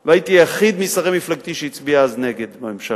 והייתי יחיד משרי מפלגתי שהצביע אז נגד בממשלה,